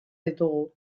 ditugu